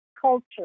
culture